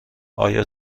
آیا